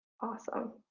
Awesome